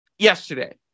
yesterday